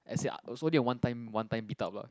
as ya also the one time one time beat up lah